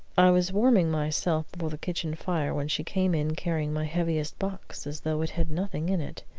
i was warming myself before the kitchen fire when she came in carrying my heaviest box as though it had nothing in it.